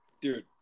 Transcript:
Dude